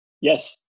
Yes